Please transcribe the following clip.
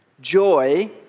Joy